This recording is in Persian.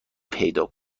پیدا